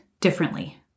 differently